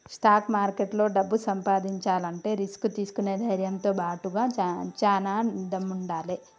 stock మార్కెట్లో డబ్బు సంపాదించాలంటే రిస్క్ తీసుకునే ధైర్నంతో బాటుగా చానా దమ్ముండాలే